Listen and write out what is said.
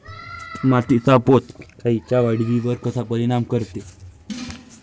मातीचा पोत पिकाईच्या वाढीवर कसा परिनाम करते?